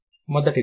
మొదటిది ప